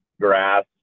grass